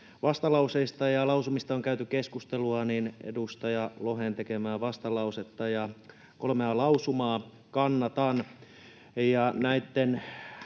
vastalauseista ja lausumistakin on käyty keskustelua, niin edustaja Lohen tekemiä vastalausetta ja kolmea lausumaa kannatan.